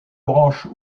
branche